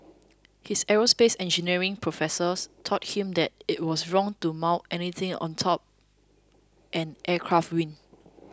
his aerospace engineering professors taught him that it was wrong to mount anything atop an aircraft wing